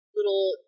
little